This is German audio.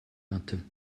hatte